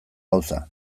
gauza